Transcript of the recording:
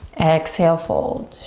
exhale, fold.